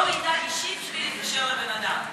לא מידע אישי בשביל להתקשר לבן-אדם.